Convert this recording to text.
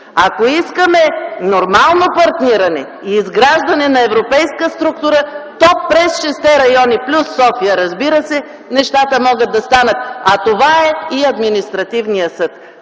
Ако искаме нормално партниране и изграждане на европейска структура, то през шестте района, плюс София, разбира се, нещата могат да станат, а това е и Административният съд.